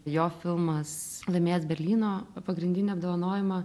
jo filmas laimėjęs berlyno pagrindinį apdovanojimą